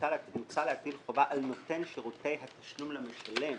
"מוצע להטיל חובה על נותן שירותי התשלום למשלם".